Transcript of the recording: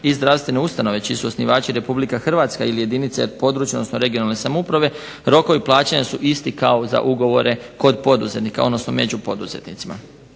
i zdravstvene ustanove čiji su osnivači RH ili jedinice područne, odnosno regionalne samouprave rokovi plaćanja su isti kao za ugovore kod poduzetnika, odnosno među poduzetnicima.